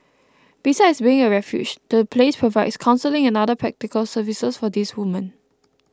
besides being a refuge the place provides counselling and other practical services for these women